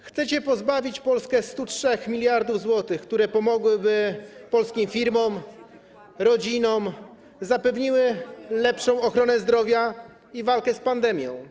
Chcecie pozbawić Polskę 103 mld zł, które pomogłyby polskim firmom, rodzinom, zapewniłyby lepszą ochronę zdrowia i walkę z pandemią.